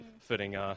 fitting